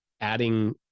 adding